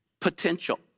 potential